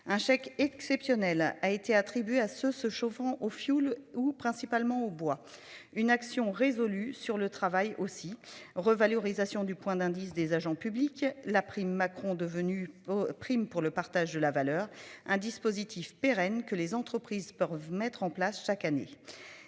un chèque exceptionnel a été attribué à se se chauffant au fioul ou principalement au bois. Une action résolue sur le travail aussi, revalorisation du point d'indice des agents publics, la prime Macron devenue prime pour le partage de la valeur. Un dispositif pérenne que les entreprises peuvent mettre en place chaque année.